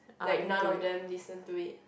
like in non of them listen to it